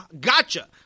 gotcha